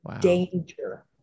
danger